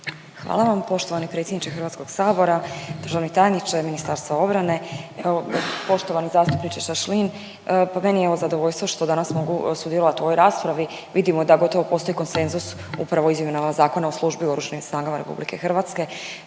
Hvala vam poštovani predsjedniče Hrvatskog sabora, državni tajniče Ministarstva obrane. Poštovani zastupniče Šašlin, pa evo meni je zadovoljno što danas mogu sudjelovati u ovoj raspravi. Vidimo da gotovo postoji konsenzus upravo o izmjenama Zakona o službi u Oružanim snagama Republike Hrvatske.